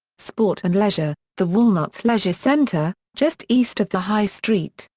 sport and leisure the walnuts leisure centre, just east of the high street,